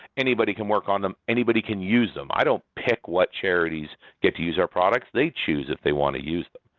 anybody can work on them. anybody can use them. i don't pick what charities get to use our products. they choose if they want to use them,